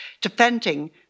defending